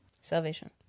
Salvation